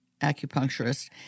acupuncturist